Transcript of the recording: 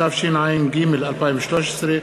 התשע"ג 2013,